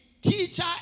teacher